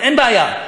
אין בעיה.